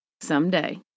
someday